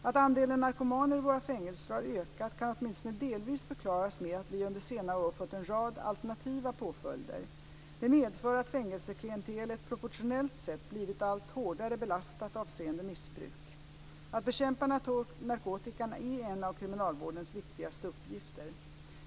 Att andelen narkomaner i våra fängelser har ökat kan åtminstone delvis förklaras med att vi under senare år fått en rad alternativa påföljder. Det medför att fängelseklientelet proportionellt sett blivit allt hårdare belastat avseende missbruk. Att bekämpa narkotikan är en av kriminalvårdens viktigaste uppgifter.